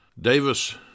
Davis